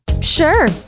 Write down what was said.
Sure